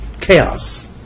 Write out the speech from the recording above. chaos